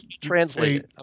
translate